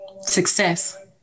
success